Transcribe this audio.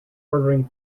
ordering